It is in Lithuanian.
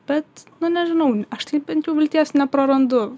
bet nu nežinau aš tai bent jau vilties neprarandu